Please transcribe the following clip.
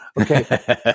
Okay